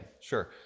Sure